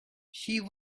she